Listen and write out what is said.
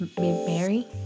Mary